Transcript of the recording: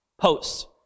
posts